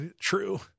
true